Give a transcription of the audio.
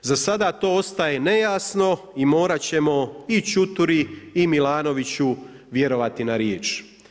Za sada to ostaje nejasno i morati ćemo i Čuturi i Milanoviću vjerovati na riječ.